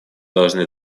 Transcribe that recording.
должны